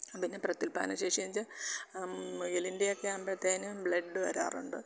പിന്നെ പ്രത്യുത്പാദനം ശേഷി എന്ന്ച്ചാൽ ആ മുയലിൻ്റെയൊക്കെ ആവുമ്പത്തേന് ബ്ലഡ്ഡ് വരാറുണ്ട്